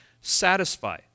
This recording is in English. satisfy